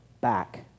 back